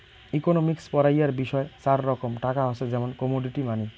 economics পড়াইয়ার বিষয় চার রকম টাকা হসে, যেমন কমোডিটি মানি